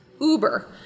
Uber